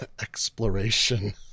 exploration